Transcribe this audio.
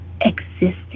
existing